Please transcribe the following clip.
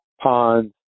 ponds